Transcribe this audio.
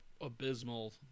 abysmal